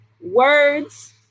words